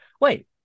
wait